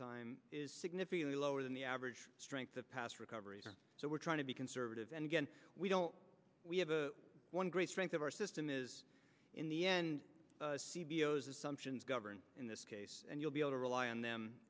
time is significantly lower than the average strength of past recoveries so we're trying to be conservative and again we don't we have one great strength of our system is in the end c b s assumptions govern in this case and you'll be able to rely on them